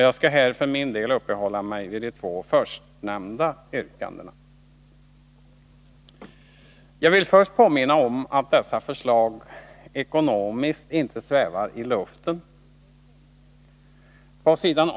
Jag skall här för min del uppehålla mig vid de två förstnämnda yrkandena. Jag vill först påminna om att dessa förslag ekonomiskt inte svävar i luften. Pås.